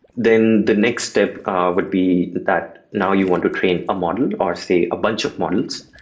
then the next step ah would be that now you want to train a model or, say, a bunch of models.